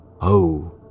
Oh